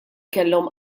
kellhom